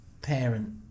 parent